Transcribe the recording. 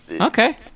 Okay